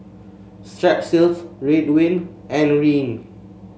Strepsils Ridwind and Rene